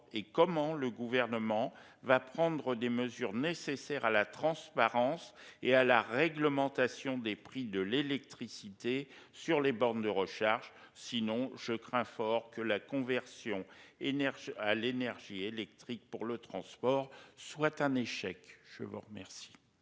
et comment le Gouvernement va-t-il prendre les mesures nécessaires à la transparence et à la réglementation des prix de l'électricité sur les bornes de recharge ? À défaut, je crains fort que la conversion à l'énergie électrique dans les transports ne soit un échec. La parole